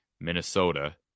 Minnesota